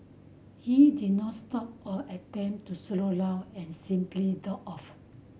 he did not stop or attempt to slow down and simply drove off